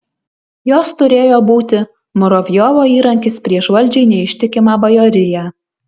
jos turėjo būti muravjovo įrankis prieš valdžiai neištikimą bajoriją